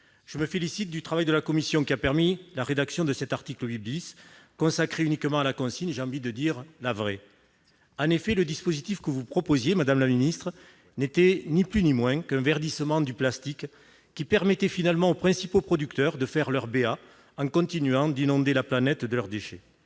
Je me félicite du travail de la commission, qui a permis la rédaction de cet article 8 , consacré uniquement à la consigne, la vraie, ai-je envie de dire. En effet, le dispositif que vous proposiez, madame la secrétaire d'État, n'était ni plus ni moins qu'un verdissement du plastique, qui permettait finalement aux principaux producteurs de faire leur B.A. en continuant d'inonder la planète de leurs déchets.